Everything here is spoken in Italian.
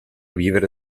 vivere